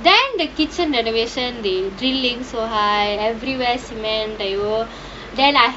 then the kitchen renovation the drilling so high everywhere cement they will then I